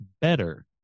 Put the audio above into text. better